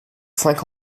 cinq